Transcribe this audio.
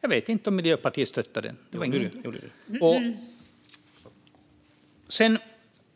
Jag vet inte om Miljöpartiet stöttade det.